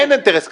אין אינטרס כזה.